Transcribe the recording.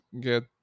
get